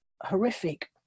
horrific